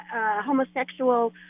homosexual